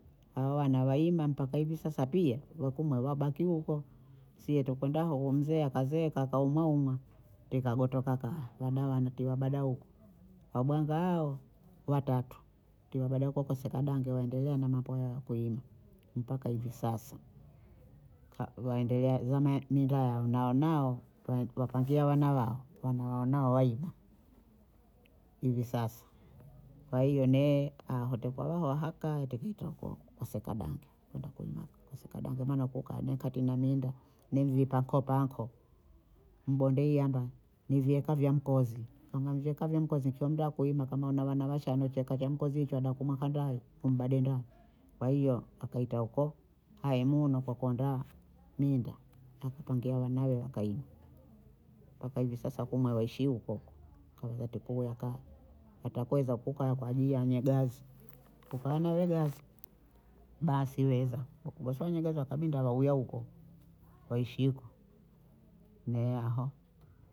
Hawa wana wayima mpaka hivi sasa pia, wakumwe wabaki huko sie tukundao huyo mzee akazeeka akaumwaumwa tiga gotoka kaya badala wanitie wabada huku wabwanga hao watatu, tiwa dada wahuko keseka dange waendelea na mambo yao kuyima mpaka hivi sasa ka- waendelea zama ndaa naonao wa- wakangia wana wao, wana wao nao waiba hivi sasa, kwa hiyo ne aho tekowa wahaka tikitako kuseka danga kwenda kuyima kuseka dange maana huko ka katina minda ni mvipa ko panko, mbondei hamba mvyeeka vya mkozi, kama ni mvyeeka vya mkozi kio muda wa kuyima kama una wana washani chokeza cha mkozi chwada kumwaka ndaye mbadenda, kwa hiyo akaita huko haya muno kwa kondaa minda akupangiye wanawe ukayima mpaka hivi sasa kumwe waishi huko huko kauya tukuya kaha hata kweza kukaa kwa ajili yanyegazi kukaa nawe gazi, basi weza kugosowa nyumba za kabinda wauya huko, waishi huko ne aho